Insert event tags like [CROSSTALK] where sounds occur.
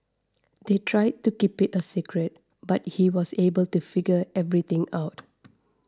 they tried to keep it a secret but he was able to figure everything out [NOISE]